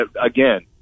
again